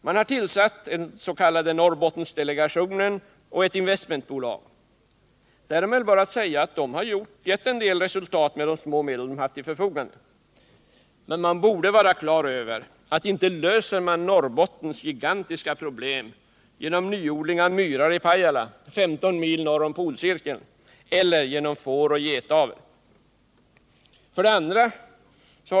Man har tillsatt den s.k. Norrbottensdelegationen och ett investmentbolag. Därom är väl bara att säga att detta har gett en del resultat, med de små medel som stått till förfogande. Men man borde vara klar över att man inte löser Norrbottens gigantiska problem genom nyodling av myrar i Pajala, 15 mil norr om Polcirkeln, eller genom fåroch getavel. 2.